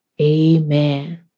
amen